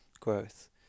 growth